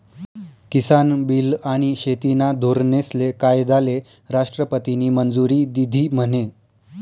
किसान bill आनी शेतीना धोरनेस्ले कायदाले राष्ट्रपतीनी मंजुरी दिधी म्हने?